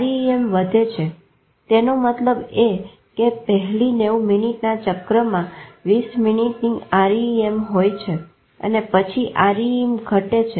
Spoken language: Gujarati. REM વધે છે તેનો મતલબએ કે પહેલી 90 મિનીટના ચક્રમાં 20 મિનીટની REM હોય છે પછી REM ઘટે છે